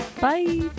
bye